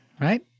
right